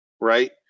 right